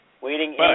Waiting